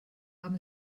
haben